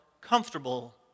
comfortable